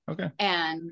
Okay